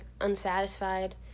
unsatisfied